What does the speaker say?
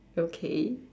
okay